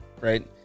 right